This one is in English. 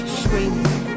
screaming